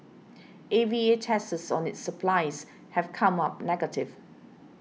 A V A tests on its supplies have come up negative